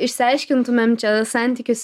išsiaiškintumėm čia santykius